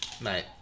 mate